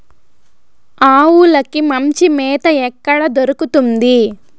ఆవులకి మంచి మేత ఎక్కడ దొరుకుతుంది?